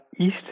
East